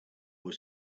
was